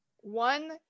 One